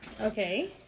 Okay